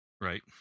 Right